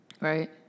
Right